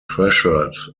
pressured